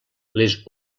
les